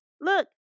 Look